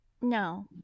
No